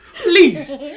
Please